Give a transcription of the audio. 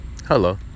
Hello